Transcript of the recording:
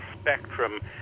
spectrum